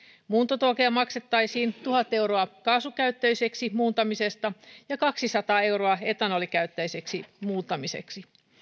muuntotukea maksettaisiin tuhat euroa kaasukäyttöiseksi muuntamisesta ja kaksisataa euroa etanolikäyttöiseksi muuntamisesta